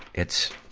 it's,